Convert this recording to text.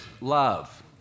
love